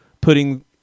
putting –